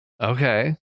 Okay